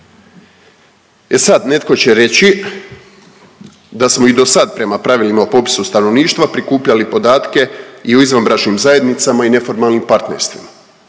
E sad, netko će reći da smo i do sad prema pravilima o popisu stanovništva prikupljali podatke i o izvanbračnim zajednicama i neformalnim partnerstvima.